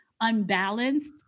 unbalanced